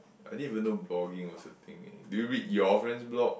I didn't even know blogging was a thing eh do you read your friend's blog